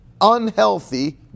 unhealthy